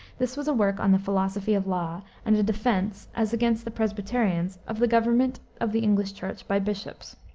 this was a work on the philosophy of law and a defense, as against the presbyterians, of the government of the english church by bishops.